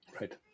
Right